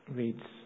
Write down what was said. reads